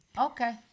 Okay